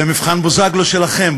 זה מבחן בוזגלו שלכם,